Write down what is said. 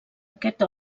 aquest